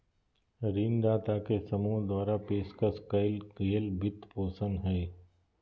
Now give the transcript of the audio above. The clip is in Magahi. ऋणदाता के समूह द्वारा पेशकश कइल गेल वित्तपोषण हइ